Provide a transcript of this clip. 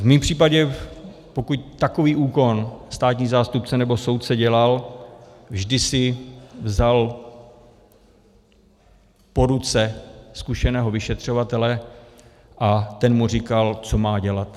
V mém případě pokud takový úkon státní zástupce nebo soudce dělal, vždy si vzal k ruce zkušeného vyšetřovatele a ten mu říkal, co má dělat.